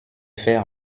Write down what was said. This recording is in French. faire